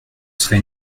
serait